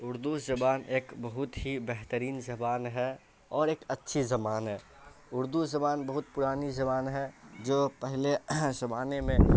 اردو زبان ایک بہت ہی بہترین زبان ہے اور ایک اچھی زبان ہے اردو زبان بہت پرانی زبان ہے جو پہلے زمانے میں